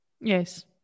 Yes